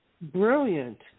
brilliant